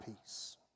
Peace